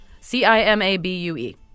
C-I-M-A-B-U-E